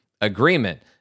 agreement